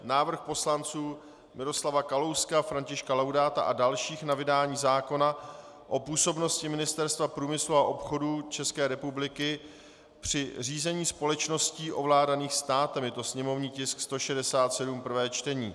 Návrh poslanců Miroslava Kalouska, Františka Laudáta a dalších na vydání zákona o působnosti Ministerstva průmyslu a obchodu České republiky při řízení společností ovládaných státem /sněmovní tisk 167/ prvé čtení